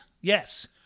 Yes